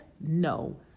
No